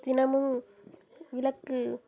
தினமும் விளக்கு